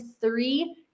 three